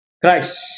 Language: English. Christ